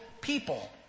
people